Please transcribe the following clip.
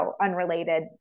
unrelated